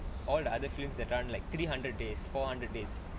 all the other films that are like three hundred days four hundred days